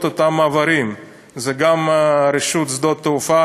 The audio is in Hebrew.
אותם מעברים: זה גם רשות שדות התעופה,